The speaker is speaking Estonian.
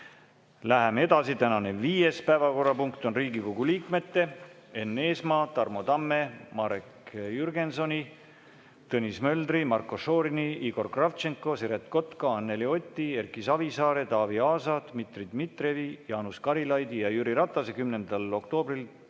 Läheme edasi. Tänane viies päevakorrapunkt on Riigikogu liikmete Enn Eesmaa, Tarmo Tamme, Marek Jürgensoni, Tõnis Möldri, Marko Šorini, Igor Kravtšenko, Siret Kotka, Anneli Oti, Erki Savisaare, Taavi Aasa, Dmitri Dmitrijevi, Jaanus Karilaidi ja Jüri Ratase 10. oktoobril